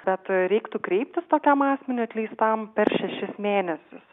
bet reiktų kreiptis tokiam asmeniui atleistam per šešis mėnesius